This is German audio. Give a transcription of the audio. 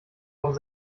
auf